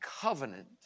covenant